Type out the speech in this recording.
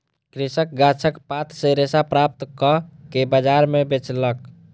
कृषक गाछक पात सॅ रेशा प्राप्त कअ के बजार में बेचलक